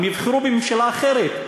הם יבחרו בממשלה אחרת,